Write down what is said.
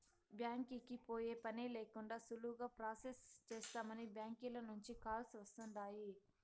బ్యాంకీకి పోయే పనే లేకండా సులువుగా ప్రొసెస్ చేస్తామని బ్యాంకీల నుంచే కాల్స్ వస్తుండాయ్